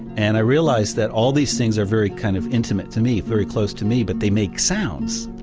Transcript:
and i realized that all these things are very kind of intimate to me, very close to me, but they make sounds.